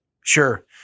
Sure